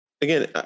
again